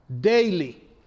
daily